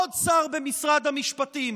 עוד שר במשרד המשפטים,